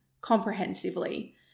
comprehensively